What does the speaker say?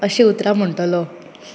अशीं उतरां म्हणटलो